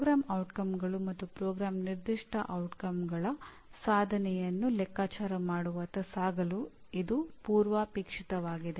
ಕಾರ್ಯಕ್ರಮದ ಪರಿಣಾಮಗಳು ಮತ್ತು ಕಾರ್ಯಕ್ರಮದ ನಿರ್ದಿಷ್ಟ ಪರಿಣಾಮಗಳ ಸಾಧನೆಯನ್ನು ಲೆಕ್ಕಾಚಾರ ಮಾಡುವತ್ತ ಸಾಗಲು ಇದು ಪೂರ್ವಾಪೇಕ್ಷಿತವಾಗಿದೆ